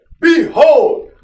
Behold